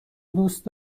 دوست